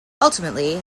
ultimately